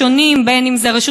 אם הרשות